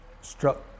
struck